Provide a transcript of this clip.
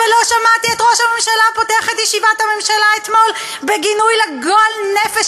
אבל לא שמעתי את ראש הממשלה פותח את ישיבת הממשלה אתמול בגינוי לגועל נפש